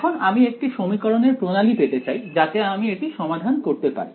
এখন আমি একটি সমীকরণের প্রণালী পেতে চাই যাতে আমি এটি সমাধান করতে পারি